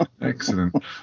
excellent